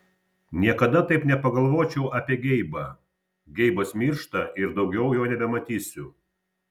niekada taip nepagalvočiau apie geibą geibas miršta ir daugiau jo nebematysiu